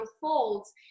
folds